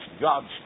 God's